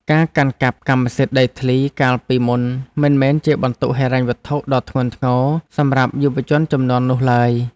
ការកាន់កាប់កម្មសិទ្ធិដីធ្លីកាលពីមុនមិនមែនជាបន្ទុកហិរញ្ញវត្ថុដ៏ធ្ងន់ធ្ងរសម្រាប់យុវជនជំនាន់នោះឡើយ។